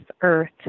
earth